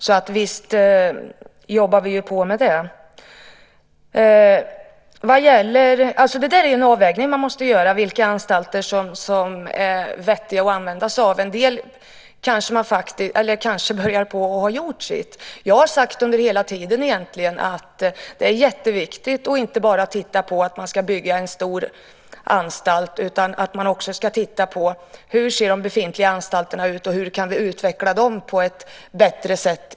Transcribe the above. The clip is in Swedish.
Så visst jobbar vi på med det här. Det är en avvägning som man måste göra när det gäller vilka anstalter som är vettiga att använda sig av. En del kanske börjar att ha gjort sitt. Jag har sagt hela tiden att det är viktigt att man inte bara bygger en stor anstalt, utan vi ska i stället titta på hur de befintliga anstalterna ser ut och hur de kan utvecklas på ett bättre sätt.